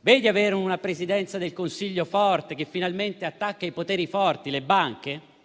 Vedi ad avere una Presidenza del Consiglio forte, che finalmente attacca i poteri forti e le banche?